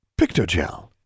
Pictogel